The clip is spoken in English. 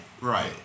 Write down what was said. right